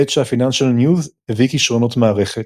בעת שה-Financial News הביא כישרונות מערכת.